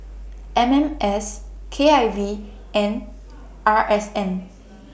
M S K I V and R S N